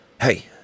Hey